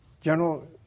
general